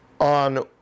on